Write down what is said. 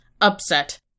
upset